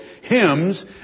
Hymns